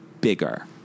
Bigger